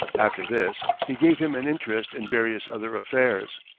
after this, he gave him an interest in various other affairs.